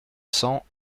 cent